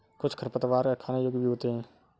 कुछ खरपतवार खाने योग्य भी होते हैं